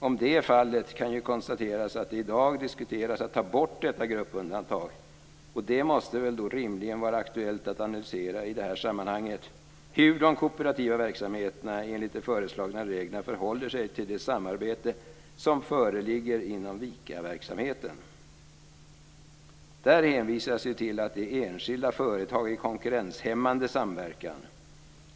Om det är fallet kan ju konstateras att det i dag diskuteras att ta bort detta gruppundantag. Det måste väl då rimligen vara aktuellt att analysera i detta sammanhang hur de kooperativa verksamheterna enligt de föreslagna reglerna förhåller sig till det samarbete som föreligger inom ICA-verksamheten. Där hänvisas det ju till att det är fråga om enskilda företag i konkurrenshämmande samverkan.